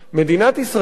מדינת ישראל,